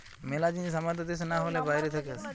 মেলা জিনিস আমাদের দ্যাশে না হলে বাইরে থাকে আসে